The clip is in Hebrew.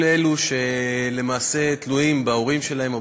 כל אלו שלמעשה תלויים בהורים שלהם או